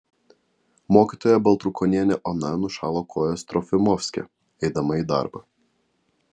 mokytoja baltrukonienė ona nušalo kojas trofimovske eidama į darbą